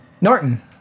Norton